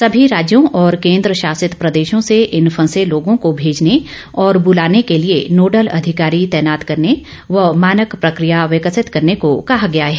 सभी राज्यों और केंद्र शासित प्रदेशों से इन फंसे लोगों को भेजने और बुलाने के लिए नोडल अधिकारी तैनात करने व मानक प्रक्रिया विकसित करने को कहा गया है